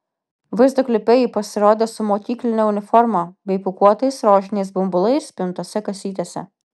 vaizdo klipe ji pasirodė su mokykline uniforma bei pūkuotais rožiniais bumbulais pintose kasytėse